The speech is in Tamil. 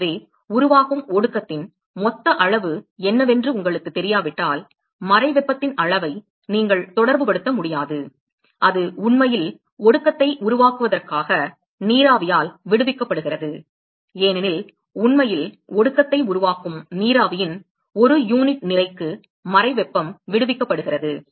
எனவே உருவாகும் ஒடுக்கத்தின் மொத்த அளவு என்னவென்று உங்களுக்குத் தெரியாவிட்டால் மறை வெப்பத்தின் அளவை நீங்கள் தொடர்புபடுத்த முடியாது அது உண்மையில் ஒடுக்கத்தை உருவாக்குவதற்காக நீராவியால் விடுவிக்கப்படுகிறது ஏனெனில் உண்மையில் ஒடுக்கத்தை உருவாக்கும் நீராவியின் ஒரு யூனிட் நிறைக்கு மறை வெப்பம் விடுவிக்கப்படுகிறது